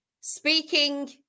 Speaking